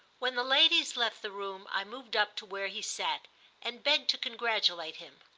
when the ladies left the room i moved up to where he sat and begged to congratulate him.